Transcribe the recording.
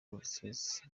reuters